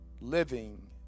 living